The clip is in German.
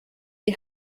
die